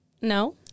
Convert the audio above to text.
No